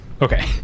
okay